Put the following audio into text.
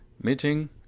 meeting